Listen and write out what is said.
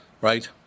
Right